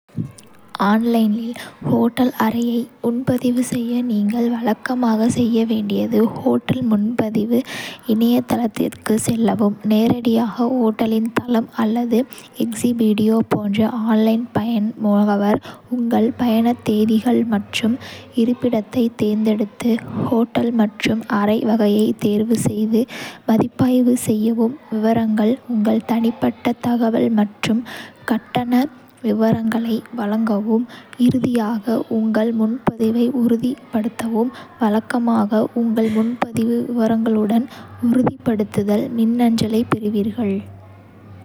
ஆன்லைனில் ஹோட்டல் அறையை முன்பதிவு செய்ய, நீங்கள் வழக்கமாகச் செய்ய வேண்டியது. ஹோட்டல் முன்பதிவு இணையதளத்திற்குச் செல்லவும் நேரடியாக ஹோட்டலின் தளம் அல்லது எக்ஸ்பீடியா போன்ற ஆன்லைன் பயண முகவர், உங்கள் பயணத் தேதிகள் மற்றும் இருப்பிடத்தைத் தேர்ந்தெடுத்து, ஹோட்டல் மற்றும் அறை வகையைத் தேர்வுசெய்து. மதிப்பாய்வு செய்யவும் விவரங்கள், உங்கள் தனிப்பட்ட தகவல் மற்றும் கட்டண விவரங்களை வழங்கவும், இறுதியாக உங்கள் முன்பதிவை உறுதிப்படுத்தவும். வழக்கமாக உங்கள் முன்பதிவு விவரங்களுடன் உறுதிப்படுத்தல் மின்னஞ்சலைப் பெறுவீர்கள்.